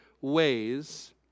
ways